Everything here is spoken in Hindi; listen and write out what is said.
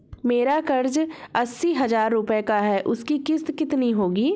मेरा कर्ज अस्सी हज़ार रुपये का है उसकी किश्त कितनी होगी?